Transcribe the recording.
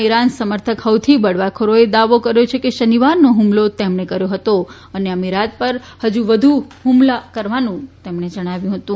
Iran સમર્થક બળવાખોરોએ દાવો કર્યો છે કે શનિવારનો ફુમલો તેમણે કર્યો હતો અને અમિરાત પર ફજુ વધુ હ્મલા કરવાનું જણાવ્યું હતું